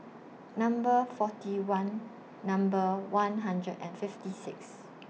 Number forty one Number one hundred and fifty six